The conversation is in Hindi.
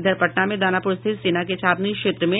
इधर पटना में दानापुर स्थित सेना के छावनी क्षेत्र में